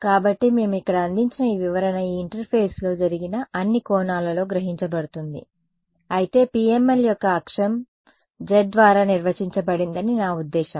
కాబట్టి మేము ఇక్కడ అందించిన ఈ వివరణ ఈ ఇంటర్ఫేస్లో జరిగిన అన్ని కోణాలలో గ్రహించబడుతుంది అయితే PML యొక్క అక్షం z ద్వారా నిర్వచించబడిందని నా ఉద్దేశ్యం